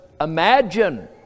imagine